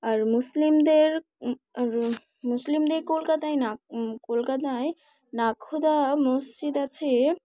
আর মুসলিমদের আর মুসলিমদের কলকাতায় না কলকাতায় নাখোদা মসজিদ আছে